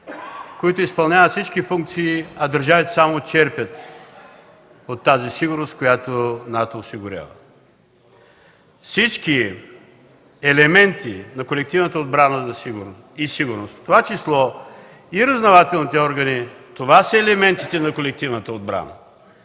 които изпълняват всички функции, а държавите само черпят от тази сигурност, която НАТО осигурява. Всички елементи на колективната отбрана и сигурност, в това число и разузнавателните органи са елементите на колективната отбрана,